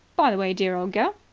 by the way, dear old girl,